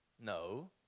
no